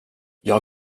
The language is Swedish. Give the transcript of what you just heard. jag